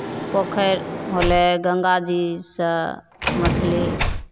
पोखरि होलै गङ्गाजीसँ मछली